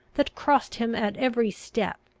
that crossed him at every step,